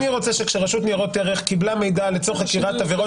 אני רוצה שכשהרשות לניירות ערך קיבלה מידע לצורך חקירת עבירות